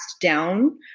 down